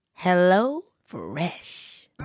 HelloFresh